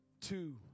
two